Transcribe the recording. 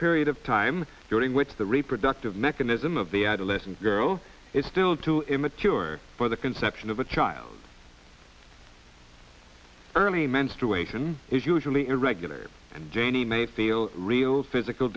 period of time during which the reproductive mechanism of the adolescent girl is still too immature for the conception of a child early menstruation is usually irregular and janie may feel real physical